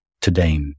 today